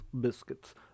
biscuits